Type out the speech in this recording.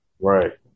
Right